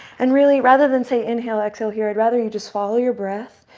and really, rather than say inhale, exhale here, i'd rather you just swallow your breath,